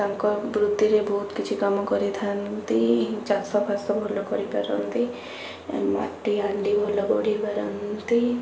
ତାଙ୍କ ବୃତ୍ତିରେ ବହୁତ କିଛି କାମ କରିଥାନ୍ତି ଚାଷ ଫାସ ଭଲ କରିପାରନ୍ତି ମାଟି ହାଣ୍ଡି ଭଲ ଗଢ଼ିପାରନ୍ତି